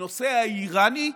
הנושא האיראני,